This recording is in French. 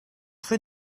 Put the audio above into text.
rue